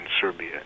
Serbia